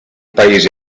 paesi